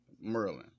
Merlin